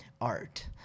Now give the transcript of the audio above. art